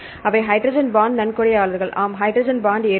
அவை hydrogen bond நன்கொடையாளர் ஆம் ஹைட்ரஜன் பாண்ட் ஏற்பி